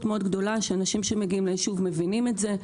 גדולה שאנשים שמגיעים ליישוב מבינים את זה.